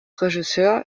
regisseur